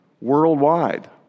worldwide